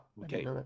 Okay